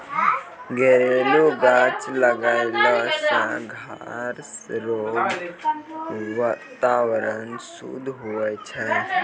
घरेलू गाछ लगैलो से घर रो वातावरण शुद्ध हुवै छै